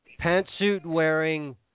pantsuit-wearing